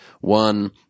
One